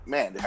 Man